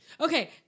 okay